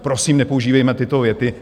Prosím, nepoužívejme tyto věty.